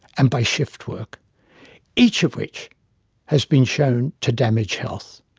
and by shift work' each of which has been shown to damage health.